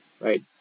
right